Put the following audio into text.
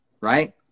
right